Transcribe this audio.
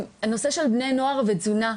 בנושא של בני נוער ותזונה.